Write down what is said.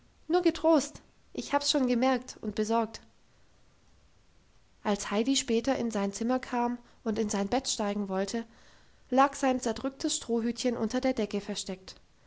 nur getrost ich hab's schon gemerkt und besorgt als heidi später in sein zimmer kam und in sein bett steigen wollte lag sein zerdrücktes strohhütchen unter der decke versteckt